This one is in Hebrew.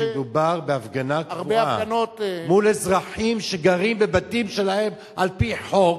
שכשמדובר בהפגנה קבועה מול אזרחים שגרים בבתים שלהם על-פי חוק,